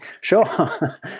Sure